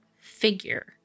figure